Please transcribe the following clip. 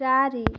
ଚାରି